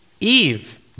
Eve